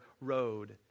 road